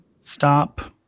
Stop